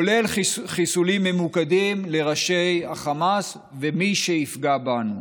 כולל חיסולים ממוקדים לראשי החמאס ומי שיפגע בנו.